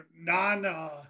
non